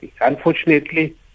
unfortunately